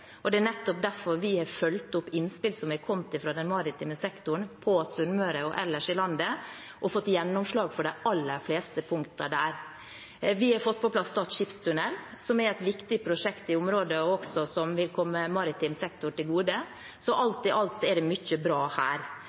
er veldig vanskelige. Nettopp derfor har vi fulgt opp innspill som har kommet fra den maritime sektoren på Sunnmøre og ellers i landet, og fått gjennomslag for de aller fleste punktene der. Vi har fått på plass Stad skipstunnel, som er et viktig prosjekt i området, og som også vil komme maritim sektor til gode. Alt i alt er det mye bra her.